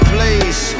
Please